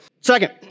second